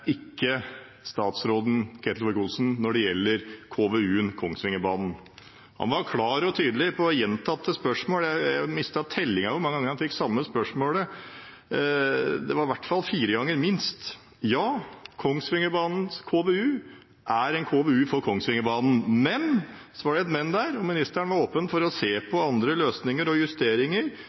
ikke statsråd Ketil Solvik-Olsen når det gjelder KVU-en for Kongsvingerbanen. Han var klar og tydelig på gjentatte spørsmål. Jeg mistet tellingen over hvor mange ganger han fikk samme spørsmål, det var i hvert fall fire ganger. Ja, Kongsvingerbanens KVU er en KVU for Kongsvingerbanen, men – for det var et «men» der – ministeren var åpen for å se på andre løsninger og justeringer,